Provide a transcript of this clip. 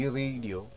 radio